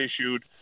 issued